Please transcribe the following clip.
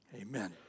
Amen